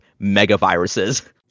megaviruses